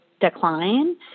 decline